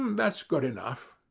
um that's good enough.